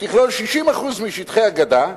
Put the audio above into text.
שתכלול 60% משטחי הגדה,